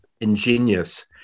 ingenious